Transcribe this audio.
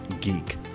geek